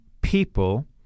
people